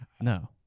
No